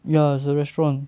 ya it's a restaurant